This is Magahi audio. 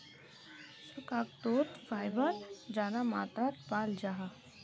शकार्कंदोत फाइबर ज्यादा मात्रात पाल जाहा